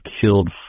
killed